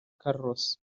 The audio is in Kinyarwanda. carlos